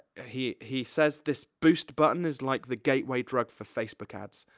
ah he he says this boost button is like the gateway drug for facebook ads.